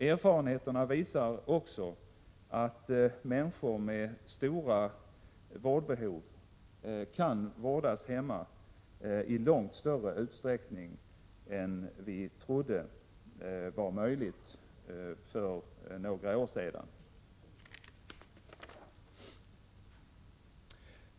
Erfarenheterna visar också att människor med stora vårdbehov kan vårdas hemma i långt större utsträckning än vi trodde var möjligt för några år sedan.